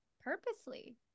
purposely